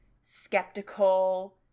skeptical